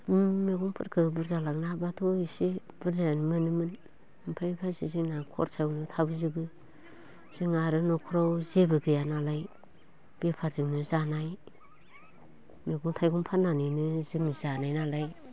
उम मैगंफोरखो बुरजा लांनो हाब्लाथ' इसे बुरजायानो मोनोमोन ओमफ्राय माखासे जोंना खरसायावनो थांबोजोबो जोंहा आरो न'खराव जेबो गैयानालाय बेफारजोंनो जानाय मैगं थाइगं फाननानैनो जोङो जानायनालाय